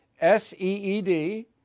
S-E-E-D